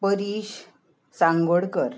Parish Sangodkar